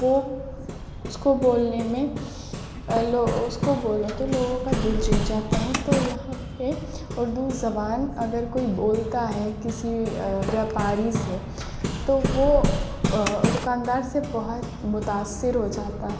وہ اس کو بولنے میں لو اس کو بولو تو لوگوں کا دل جیت جاتا ہے تو یہاں پہ اردو زبان اگر کوئی بولتا ہے کسی ویاپاری سے تو وہ دکاندار سے بہت متاثر ہو جاتا ہے